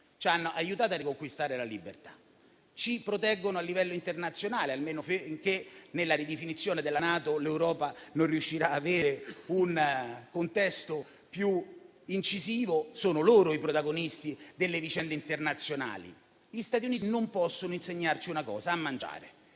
Ci hanno aiutato a riconquistare la libertà. Ci proteggono a livello internazionale. Almeno finché, nella ridefinizione della NATO, l'Europa non riuscirà ad avere un ruolo più incisivo, sono loro i protagonisti delle vicende internazionali. Gli Stati Uniti, però, una cosa non possono insegnarci: a mangiare.